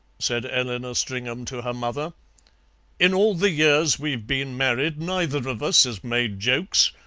said eleanor stringham to her mother in all the years we've been married neither of us has made jokes,